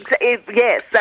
yes